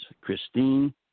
Christine